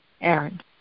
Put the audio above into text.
Aaron